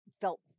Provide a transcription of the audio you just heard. felt